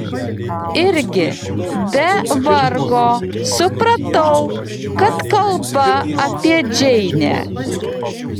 irgi be vargo supratau kad kalba apie džeinę